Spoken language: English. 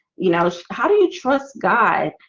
you know, she how do you trust god?